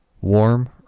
warm